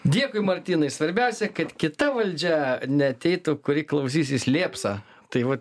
dėkui martynai svarbiausia kad kita valdžia neateitų kuri klausysis lėpsą tai vat